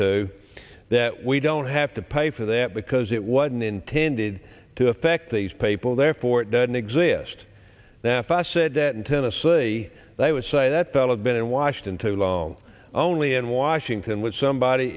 to that we don't have to pay for that because it wasn't intended to affect these people therefore it doesn't exist now if i said that in tennessee they would say that the all of been in washington too long only in washington would somebody